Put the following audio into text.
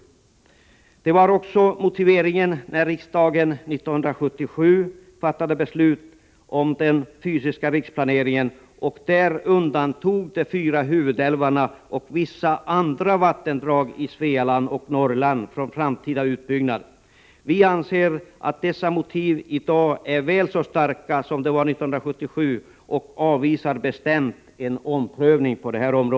Detta var också motiveringen när riksdagen 1977 fattade beslut om den fysiska riksplaneringen och där undantog de fyra huvudälvarna och vissa andra vattendrag i Svealand och Norrland från framtida utbyggnad. Vi anser att dessa motiv i dag är väl så starka som de var 1977 och avvisar bestämt en omprövning.